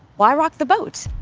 why rock the boat?